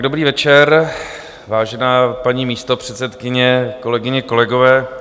Dobrý večer, vážená paní místopředsedkyně, kolegyně, kolegové.